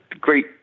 great